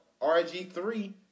RG3